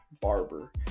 Barber